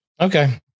Okay